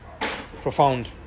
profound